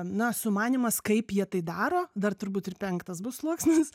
na sumanymas kaip jie tai daro dar turbūt ir penktas bus sluoksnis